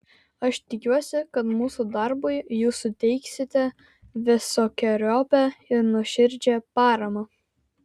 aš tikiuosi kad mūsų darbui jūs suteiksite visokeriopą ir nuoširdžią paramą